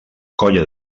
colla